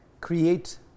Create